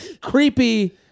Creepy